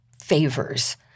favors